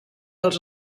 als